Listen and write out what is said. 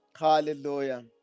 Hallelujah